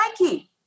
Nike